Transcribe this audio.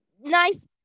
nice